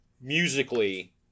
musically